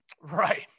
right